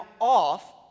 off